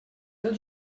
del